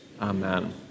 Amen